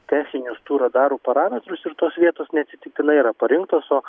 techninius tų radarų parametrus ir tos vietos neatsitiktinai yra parinktos o